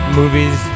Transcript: movies